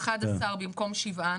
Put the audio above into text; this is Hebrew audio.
11 במקום שבעה,